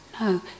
No